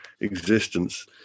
existence